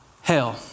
hell